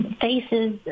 faces